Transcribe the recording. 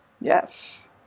Yes